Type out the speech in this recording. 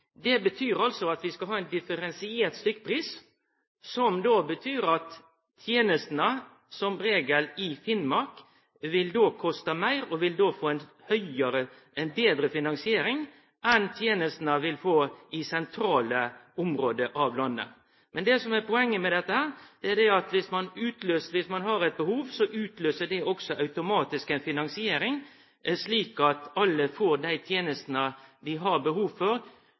Det betyr altså at vi skal ha ein differensiert stykkpris, som betyr at tenestene, som regel, i Finnmark då vil koste meir og få ei betre finansiering enn tenestene i sentrale område av landet. Men det som er poenget med dette, er at dersom ein har eit behov, utløyser det også automatisk ei finansiering, slik at alle får dei tenestene dei har behov for,